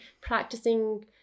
practicing